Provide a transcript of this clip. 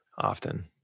often